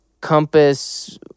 Compass